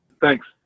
Thanks